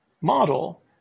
model